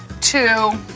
Two